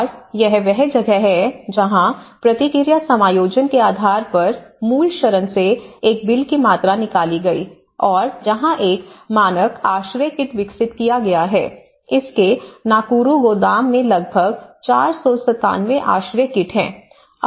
और यह वह जगह है जहां प्रतिक्रिया समायोजन के आधार पर मूल शरण से एक बिल की मात्रा निकाली गई है और जहां एक मानक आश्रय किट विकसित किया गया है इसके नाकुरु गोदाम में लगभग 497 आश्रय किट हैं